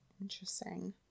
Interesting